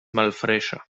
malfreŝa